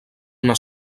una